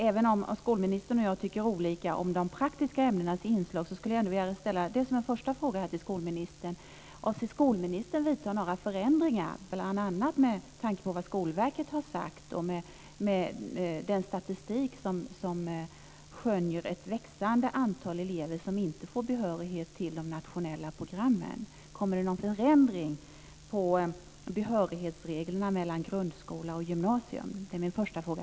Även om skolministern och jag tycker olika om de praktiska ämnenas inslag skulle jag vilja ställa en första fråga till skolministern: Avser skolministern att vidta några förändringar bl.a. med tanke på vad Skolverket har sagt och med den statistik där man skönjer ett växande antal elever som inte får behörighet till de nationella programmen? Kommer det någon förändring av behörighetsreglerna mellan grundskola och gymnasium? Det är min första fråga.